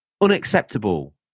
Unacceptable